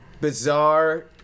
Bizarre